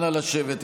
אנא, לשבת.